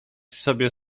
sobie